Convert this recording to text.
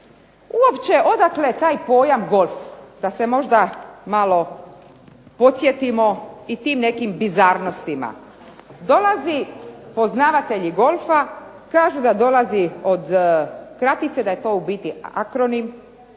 Uopće odakle taj pojam golf, da se možda malo podsjetimo i tim nekim bizarnostima. Dolazi poznavatelji golfa kažu da dolazi od kratice, da je to u biti akronim